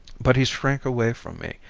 but he shrank away from me,